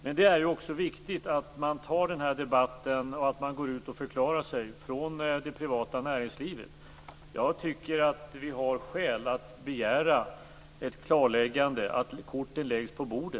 Men det är också viktigt att man tar den här debatten och går ut och förklarar sig från det privata näringslivet. Jag tycker att vi har skäl att begära ett klarläggande och att korten läggs på bordet.